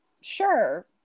sure